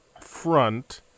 front